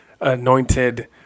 anointed